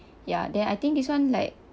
ya then I think this one like